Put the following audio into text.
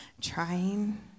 trying